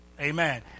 Amen